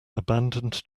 abandoned